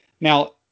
Now